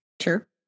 Sure